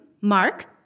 Mark